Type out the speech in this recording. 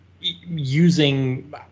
using